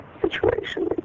situation